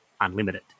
unlimited